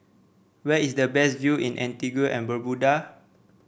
where is the best view in Antigua and Barbuda